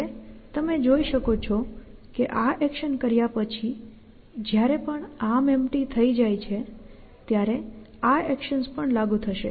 હવે તમે જોઈ શકો છો કે આ એક્શન કર્યા પછી જયારે પણ ArmEmpty થઈ જાય છે ત્યારે આ એક્શન્સ પણ લાગુ થશે